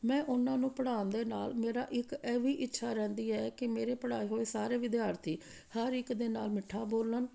ਮੈਂ ਓਹਨਾ ਨੂੰ ਪੜ੍ਹਾਉਣ ਦੇ ਨਾਲ ਮੇਰਾ ਇੱਕ ਇਹ ਵੀ ਇੱਛਾ ਰਹਿੰਦੀ ਹੈ ਕਿ ਮੇਰੇ ਪੜ੍ਹਾਏ ਹੋਏ ਸਾਰੇ ਵਿਦਿਆਰਥੀ ਹਰ ਇੱਕ ਦੇ ਨਾਲ ਮਿੱਠਾ ਬੋਲਣ